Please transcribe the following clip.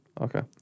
Okay